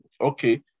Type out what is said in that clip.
okay